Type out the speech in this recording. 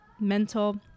mental